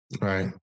Right